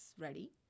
ready